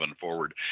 forward